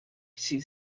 she